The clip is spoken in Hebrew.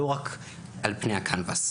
לא רק על פני הקנבס.